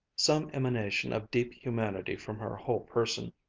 some emanation of deep humanity from her whole person,